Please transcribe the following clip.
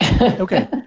Okay